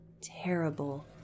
terrible